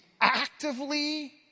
actively